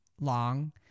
long